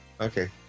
Okay